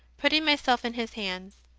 putting myself in his hands.